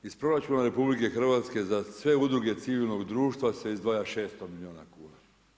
Iz proračuna RH za sve udruge civilnog društva se izdvaja 600 milijuna kuna.